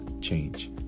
change